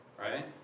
right